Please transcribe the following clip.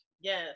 Yes